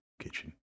kitchen